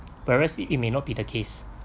whereas it may not be the case